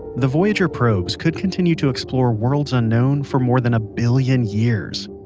the voyager probes could continue to explore worlds unknown for more than a billion years.